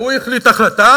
והוא החליט החלטה.